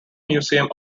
museums